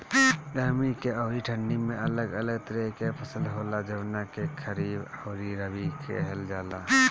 गर्मी अउरी ठंडी में अलग अलग तरह के फसल होला, जवना के खरीफ अउरी रबी कहल जला